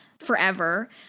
forever